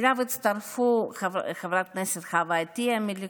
אליו הצטרפו חברת הכנסת חוה עטייה מהליכוד,